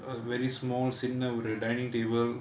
a very small சின்ன ஒரு:chinna oru with a dining table